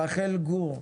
רחל גור,